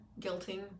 guilting